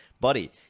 Buddy